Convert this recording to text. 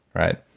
right?